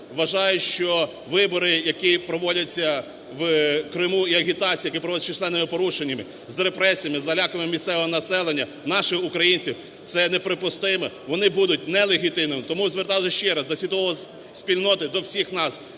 Вважаю, що вибори, які проводяться в Криму і агітації, які проводяться з численними порушеннями, з репресіями, з залякуваннями місцевого населення, наших українців, це неприпустимо, вони будуть нелегітимними. Тому звертаюсь ще раз до світової спільноти, до всіх нас